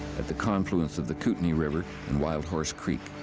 at the confluence of the kootenay river and wild horse creek.